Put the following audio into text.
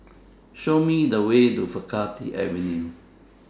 Show Me The Way to Faculty Avenue